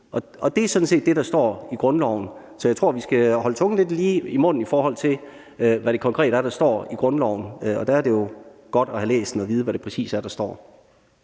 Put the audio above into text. Det er sådan set det, der står i grundloven. Så jeg tror, vi skal holde tungen lige i munden, i forhold til hvad der konkret står i grundloven. Og der er det jo godt at have læst den og vide, hvad der præcist står.